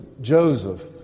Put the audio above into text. Joseph